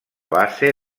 base